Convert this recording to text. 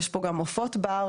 יש פה גם עופות בר,